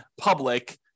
public